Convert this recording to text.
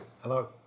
Hello